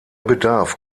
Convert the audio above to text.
bedarf